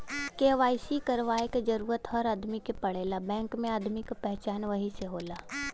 KYC करवाये क जरूरत हर आदमी के पड़ेला बैंक में आदमी क पहचान वही से होला